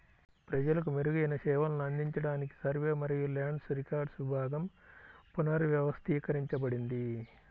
ప్రజలకు మెరుగైన సేవలను అందించడానికి సర్వే మరియు ల్యాండ్ రికార్డ్స్ విభాగం పునర్వ్యవస్థీకరించబడింది